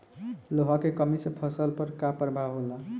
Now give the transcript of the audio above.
लोहा के कमी से फसल पर का प्रभाव होला?